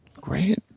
Great